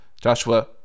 Joshua